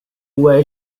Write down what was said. way